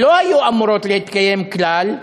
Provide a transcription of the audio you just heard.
שלא היו אמורות להתקיים כלל,